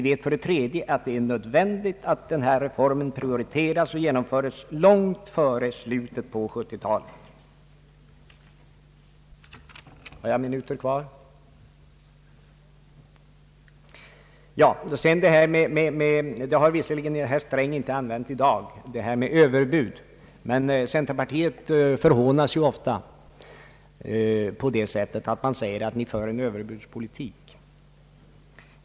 Det är nödvändigt att denna reform prioriteras och genomföres långt före slutet av 1970 talet. Herr Sträng har visserligen inte an vänt uttrycket »överbud» i dag, men centerpartiet förhånas ofta på det sättet att vi påstås föra en överbudspolitik.